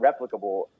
replicable